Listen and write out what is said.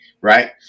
right